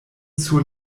sur